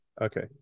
Okay